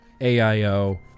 AIO